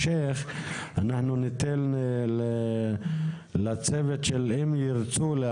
מקיימים דיונים, מקבלים החלטות כשהיישוב לא